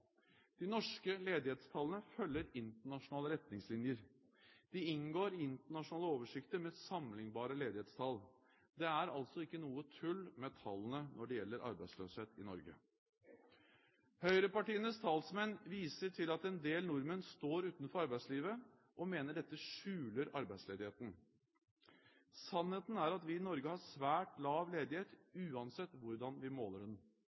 De norske ledighetstallene følger internasjonale retningslinjer. De inngår i internasjonale oversikter med sammenliknbare ledighetstall. Det er altså ikke noe tull med tallene når det gjelder arbeidsløshet i Norge. Høyrepartienes talsmenn viser til at en del nordmenn står utenfor arbeidslivet, og mener dette skjuler arbeidsledigheten. Sannheten er at vi i Norge har svært lav ledighet, uansett hvordan vi måler den.